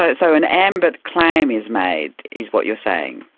ah so an ambit claim is made, is what you're saying?